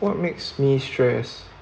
what makes me stress